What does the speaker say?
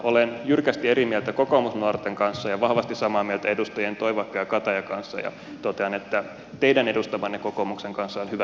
olen jyrkästi eri mieltä kokoomusnuorten kanssa ja vahvasti samaa mieltä edustajien toivakka ja kataja kanssa ja totean että teidän edustamanne kokoomuksen kanssa on hyvä tehdä yhteistyötä